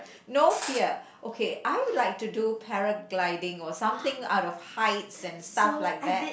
no fear okay I would like to do paragliding or something I don't hides and stuff like that